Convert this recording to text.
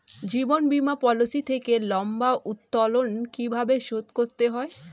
জীবন বীমা পলিসি থেকে লম্বা উত্তোলন কিভাবে শোধ করতে হয়?